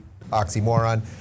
oxymoron